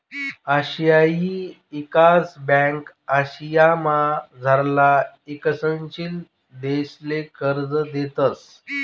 आशियाई ईकास ब्यांक आशियामझारला ईकसनशील देशसले कर्ज देतंस